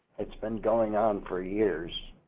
it's been going on for years.